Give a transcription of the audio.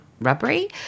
rubbery